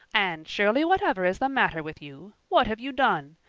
anne shirley, whatever is the matter with you? what have you done?